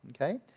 Okay